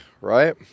right